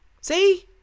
See